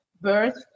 birth